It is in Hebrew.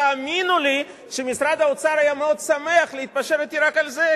תאמינו לי שמשרד האוצר היה מאוד שמח להתפשר אתי רק על זה,